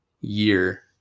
year